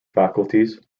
faculties